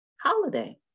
holiday